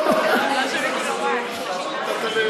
לא נכון, אז למה